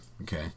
Okay